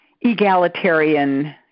egalitarian